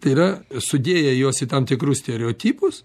tai yra sudėję juos į tam tikrus stereotipus